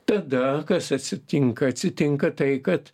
tada kas atsitinka atsitinka tai kad